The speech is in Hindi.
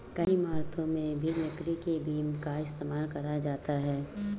कई इमारतों में भी लकड़ी के बीम का इस्तेमाल करा जाता है